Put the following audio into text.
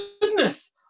Goodness